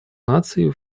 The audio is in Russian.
наций